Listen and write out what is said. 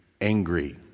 angry